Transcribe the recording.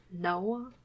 No